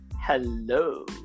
hello